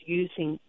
using